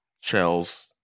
shells